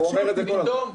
הוא אומר את זה כל הזמן.